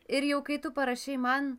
ir jau kai tu parašei man